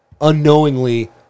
unknowingly